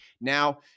now